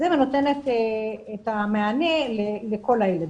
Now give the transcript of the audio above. ונותנת את המענה לכל הילדים.